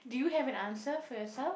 do you have an answer for yourself